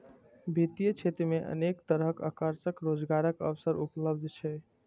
वित्तीय क्षेत्र मे अनेक तरहक आकर्षक रोजगारक अवसर उपलब्ध छै